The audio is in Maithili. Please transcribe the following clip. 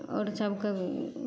आओर सभकेँ